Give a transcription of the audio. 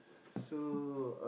so